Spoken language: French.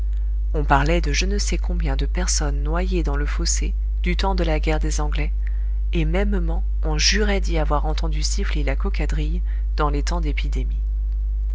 on parlait de je ne sais combien de personnes noyées dans le fossé du temps de la guerre des anglais et mêmement on jurait d'y avoir entendu siffler la cocadrille dans les temps d'épidémie